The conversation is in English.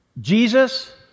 Jesus